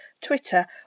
twitter